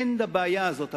אין בעיה כזאת.